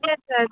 সেটাই